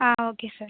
ah okay sir